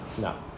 No